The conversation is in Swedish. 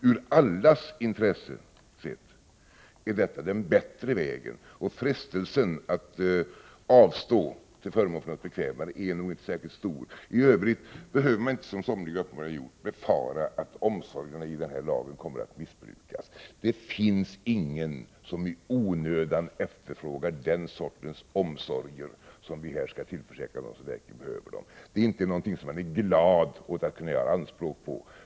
Ur allas intresse sett är detta den bättre vägen, och frestelsen att avstå till förmån för något bekvämare är nog inte särskilt stor. I övrigt behöver man inte, som somliga uppenbarligen gjort, befara att omsorgerna i den här lagen kommer att missbrukas. Det finns ingen som i onödan efterfrågar den sortens omsorger som vi här skall tillförsäkra dem som verkligen behöver dem. Det är inte någonting som man är glad åt att kunna göra anspråk på.